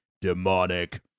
demonic